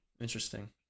Interesting